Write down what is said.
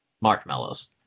marshmallows